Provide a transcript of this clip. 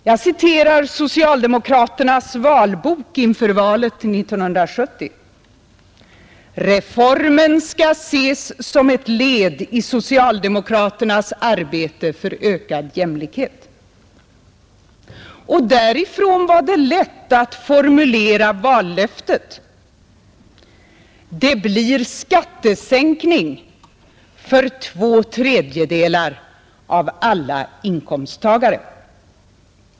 Jag citerar socialdemokraternas valhandbok inför valet 1970: ”Reformen skall ses som ett led i socialdemokraternas arbete för ökad jämlikhet.” Därifrån var det lätt att formulera vallöftet, som jag visar på skärmen: ”Det blir skattesänkning för 2/3 av alla inkomsttagare!